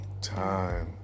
time